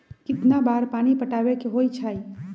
कितना बार पानी पटावे के होई छाई?